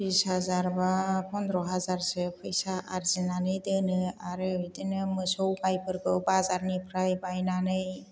बिस हाजार एबा पन्द्र' हाजारसो फैसा आर्जिनानै दोनो आरो बिदिनो मोसौ गायफोरखौ बाजारनिफ्राय बायनानै